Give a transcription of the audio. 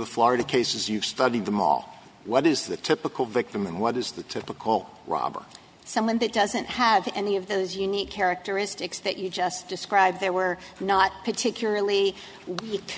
the florida cases you've studied them all what is the typical victim and what is the typical robber someone that doesn't have any of those unique characteristics that you just described there were not particularly